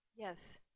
Yes